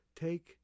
take